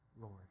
Lord